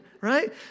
Right